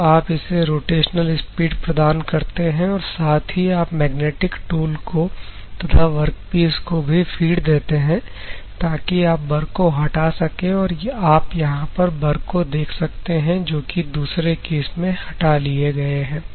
तो आप इसे रोटेशनल स्पीड प्रदान करते हैं और साथ ही आप मैग्नेटिक टूल को तथा वर्कपीस को भी फीड देते हैं ताकि आप बर को हटा सके तो आप यहां पर बर को देख सकते हैं जो कि दूसरे केस में हटा दिए गए हैं